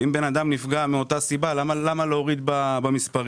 אם בן אדם נפגע מאותה סיבה, למה להוריד במספרים?